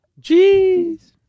jeez